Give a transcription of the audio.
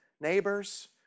neighbors